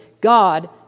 God